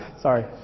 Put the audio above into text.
Sorry